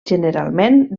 generalment